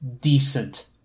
decent